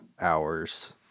hours